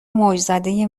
موجزده